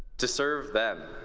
to serve them.